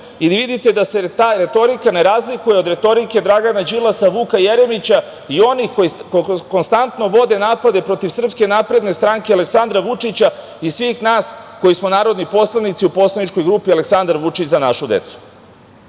i vidite da se ta retorika ne razlikuje od retorike Dragana Đilasa, Vuka Jeremića, i onih koji konstantno vode napade protiv SNS, Aleksandra Vučića i svih nas koji smo narodni poslanici u poslaničkoj grupi Aleksandar Vučić-Za našu